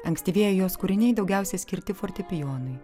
ankstyvieji jos kūriniai daugiausia skirti fortepijonui